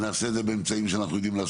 ונעשה את זה גם באמצעים טלפוניים.